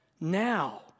now